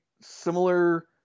similar